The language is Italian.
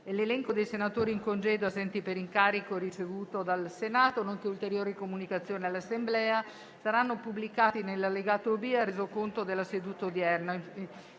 L'elenco dei senatori in congedo e assenti per incarico ricevuto dal Senato, nonché ulteriori comunicazioni all'Assemblea saranno pubblicati nell'allegato B al Resoconto della seduta odierna.